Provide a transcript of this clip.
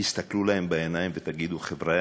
תסתכלו להם בעיניים ותגידו: חבר'ה,